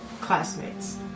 classmates